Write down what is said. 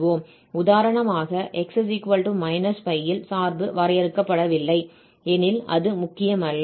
உதாரணமாக x−π இல் சார்பு வரையறுக்கப்படவில்லை எனில் அது முக்கியமல்ல